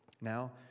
Now